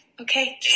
okay